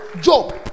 Job